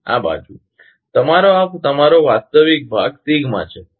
અને આ બાજુ તમારો આ તમારો વાસ્તવિક ભાગ સિગ્મા છે